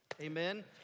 Amen